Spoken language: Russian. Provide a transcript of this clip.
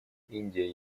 индия